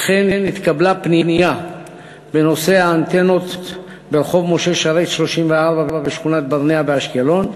אכן נתקבלה פנייה בנושא האנטנות ברחוב משה שרת 34 בשכונת-ברנע באשקלון.